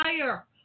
fire